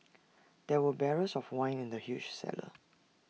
there were barrels of wine in the huge cellar